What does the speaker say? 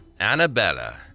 Annabella